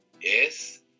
Yes